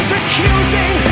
accusing